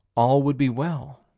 all would be well.